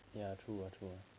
ya true lah true lah